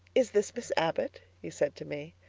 is this miss abbott he said to me,